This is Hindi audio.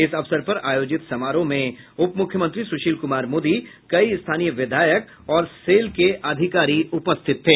इस अवसर पर आयोजित समारोह में उपमुख्यमंत्री सुशील कुमार मोदी कई स्थानीय विधायक और सेल के अधिकारी उपस्थित थे